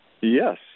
Yes